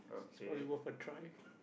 it's probably worth a try